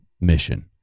mission